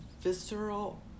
visceral